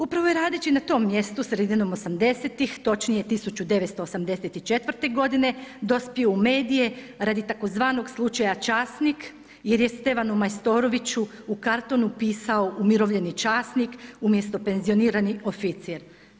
Upravo je radeći na tom mjestu sredinom 80.-ih točnije 1984. godine dospio u medije radi tzv. slučaja „časnik“ jer je Stevanu Majstoroviću u karton upisao umirovljeni časnik umjesto penzionirani oficir.